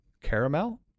Caramel